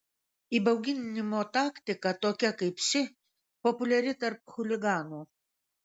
įbauginimo taktika tokia kaip ši populiari tarp chuliganų